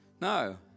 No